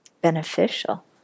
beneficial